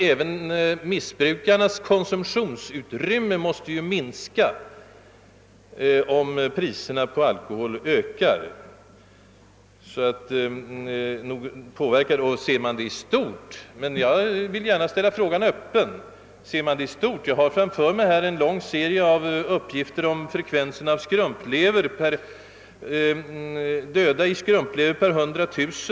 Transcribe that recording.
även missbrukarnas konsumtionsutrymme måste ju nämligen minska, om priserna på alkohol ökar och tillgången på denna vara sålunda försvåras, men jag ställer gärna frågan här öppen, så länge utredning pågår. Jag har här likväl en lång serie av uppgifter från större delen av världens länder till belysning av problemet om alkoholtillgångens inverkan i stort.